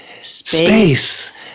Space